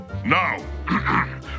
Now